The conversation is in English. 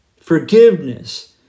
forgiveness